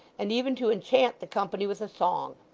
and even to enchant the company with a song.